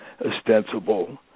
ostensible